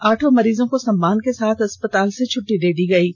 आठों मरीजों को सम्मान के साथ अस्पताल से छुट्टी दे दी गई है